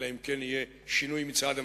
אלא אם כן יהיה שינוי מצד המציע.